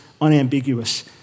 unambiguous